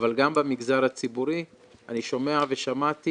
אבל גם במגזר הציבורי אני שומע ושמעתי